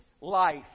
life